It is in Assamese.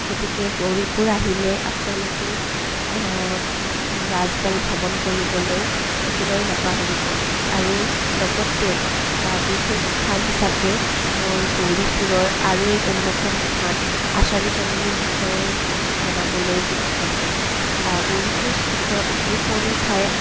গতিকে গৌৰীপুৰ আহিলে আপোনালোকে ৰাজবাৰী ভ্ৰমণ কৰিবলৈ একেবাৰেই নাপাহৰিব আৰু লগতে বিশেষ স্থান হিচাপে মই গৌৰীপুৰৰ আৰু এক অন্যতম স্থান আচাৰীকন্দিৰ বিষয়ে জনাবলৈ ইচ্ছুক আছোঁ গৌৰীপুৰস্থিত এতিয়া সৰু ঠাই